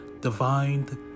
divine